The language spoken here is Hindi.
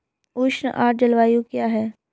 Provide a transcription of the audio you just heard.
उष्ण आर्द्र जलवायु क्या है?